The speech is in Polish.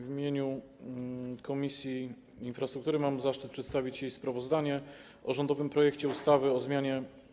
W imieniu Komisji Infrastruktury mam zaszczyt przedstawić jej sprawozdanie o rządowym projekcie ustawy o zmianie